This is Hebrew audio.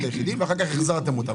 את היחידים ואחר כך החזרתם אותם.